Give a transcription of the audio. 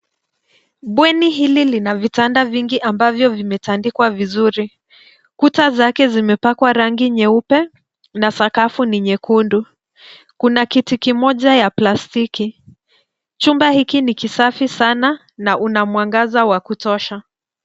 Bweni hili lina vitanda vingi ambavyo vimetandikwa vizuri. Kuta zake zimepakwa rangi nyeupe na sakafu ni nyekundu. Kuna kiti kimoja ya plastiki. Chumba hiki ni kisafi sana na unamwangaza wa kutosha.